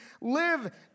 live